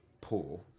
poor